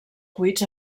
cuits